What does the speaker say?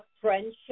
friendship